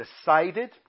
decided